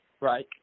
Right